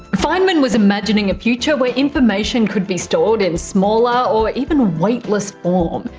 feynman was imagining a future where information could be stored in smaller or even weightless form.